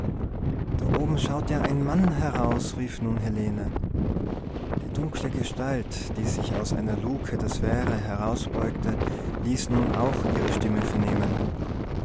da oben schaut ja ein mann heraus rief nun helene die dunkle gestalt die sich aus einer lucke der sphäre herausbeugte ließ nun auch ihre stimme vernehmen